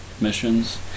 missions